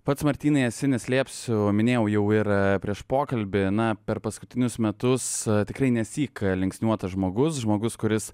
pats martynai esi neslėpsiu minėjau jau ir prieš pokalbį na per paskutinius metus tikrai nesyk linksniuotas žmogus žmogus kuris